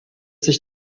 sich